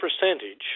percentage